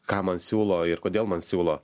ką man siūlo ir kodėl man siūlo